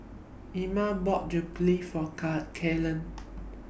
Inga bought Jokbal For Kaelyn